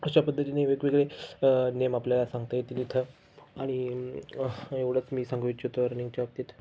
अशा पद्धतीने वेगवेगळे नियम आपल्याला सांगता येतील इथं आणि एवढंच मी सांगू इच्छितो रनिंगच्या बाबतीत